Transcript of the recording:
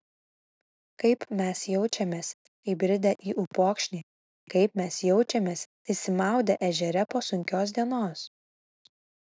kaip mes jaučiamės įbridę į upokšnį kaip mes jaučiamės išsimaudę ežere po sunkios dienos